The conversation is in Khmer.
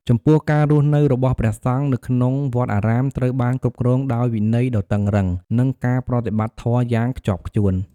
ចំពោះ ការរស់នៅរបស់ព្រះសង្ឃនៅក្នុងវត្តអារាមត្រូវបានគ្រប់គ្រងដោយវិន័យដ៏តឹងរ៉ឹង និងការប្រតិបត្តិធម៌យ៉ាងខ្ជាប់ខ្ជួន។